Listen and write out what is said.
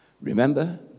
Remember